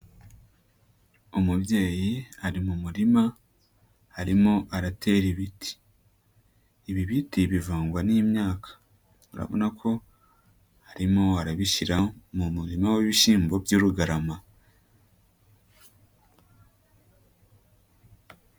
Umubyeyi ari mu murima arimo aratera ibiti. Ibi biti bivangwa n'imyaka urabona ko arimo arabishyira mu murima w'ibishyimbo by'urugarama.